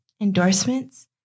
endorsements